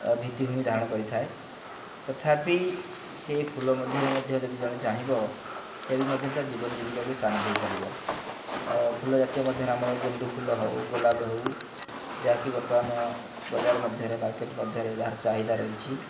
ଭିତ୍ତିଭୂମି ଧାରଣ କରିଥାଏ ତଥାପି ସେଇ ଫୁଲ ମଧ୍ୟରେ ମଧ୍ୟ ଯଦି ଜଣେ ଚାହିଁବ ସେ ବି ମଧ୍ୟ ତା ଜୀବନ ଜୀବିକାକୁ ସ୍ଥାନ ଦେଇପାରିବ ଫୁଲ ଜାତୀୟ ମଧ୍ୟରେ ଆମର ଗେଣ୍ଡୁ ଫୁଲ ହଉ ଗୋଲାପ ହଉ ଯାହାକି ବର୍ତ୍ତମାନ ବଜାର ମଧ୍ୟରେ ମାର୍କେଟ୍ ମଧ୍ୟରେ ଯାହାର ଚାହିଦା ରହିଛି